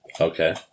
Okay